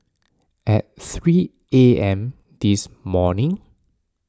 at three A M this morning